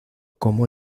como